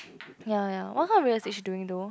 ya ya what kind of real estate do we do